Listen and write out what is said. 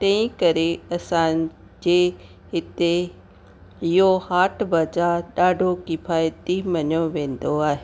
तंहिं करे असांजे हिते इहो हाट बाज़ारि ॾाढो किफ़ायती मञियो वेंदो आहे